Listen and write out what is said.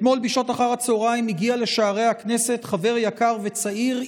אתמול בשעות אחר הצוהריים הגיע לשערי הכנסת חבר יקר וצעיר,